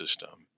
system